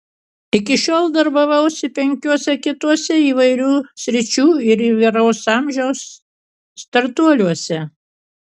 iki šiol darbavausi penkiuose kituose įvairių sričių ir įvairaus amžiaus startuoliuose